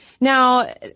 Now